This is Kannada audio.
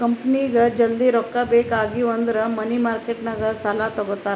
ಕಂಪನಿಗ್ ಜಲ್ದಿ ರೊಕ್ಕಾ ಬೇಕ್ ಆಗಿವ್ ಅಂದುರ್ ಮನಿ ಮಾರ್ಕೆಟ್ ನಾಗ್ ಸಾಲಾ ತಗೋತಾರ್